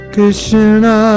Krishna